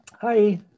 hi